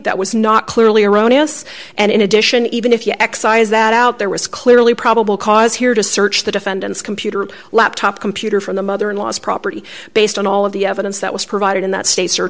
that was not clearly erroneous and in addition even if you excise that out there was clearly probable cause here to search the defendant's computer a laptop computer from the mother in law's property based on all of the evidence that was provided in that state search